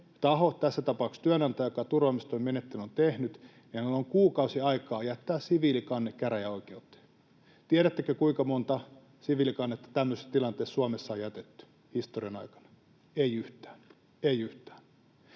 — tässä tapauksessa työnantaja — joka turvaamistoimimenettelyn on tehnyt, on noin kuukausi aikaa jättää siviilikanne käräjäoikeuteen. Tiedättekö, kuinka monta siviilikannetta tämmöisessä tilanteessa Suomessa on jätetty historian aikana? Ei yhtään